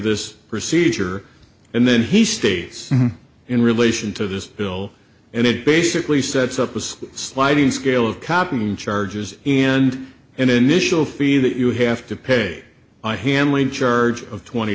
this procedure and then he stays in relation to this bill and it basically sets up a sliding scale of copying charges and an initial fee that you have to pay by handling charge of twenty